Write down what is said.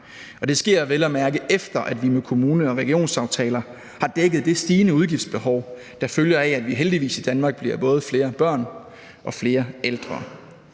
Det sker vel at mærke, efter at vi med kommune- og regionsaftaler har dækket det stigende udgiftsbehov, der følger af, at vi heldigvis i Danmark bliver både flere børn og flere ældre.